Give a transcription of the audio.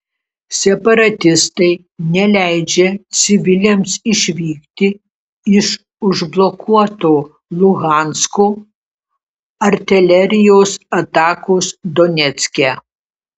separatistai neleidžia civiliams išvykti iš užblokuoto luhansko artilerijos atakos donecke